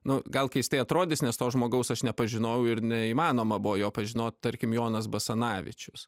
nu gal keistai atrodys nes to žmogaus aš nepažinojau ir neįmanoma buvo jo pažinot tarkim jonas basanavičius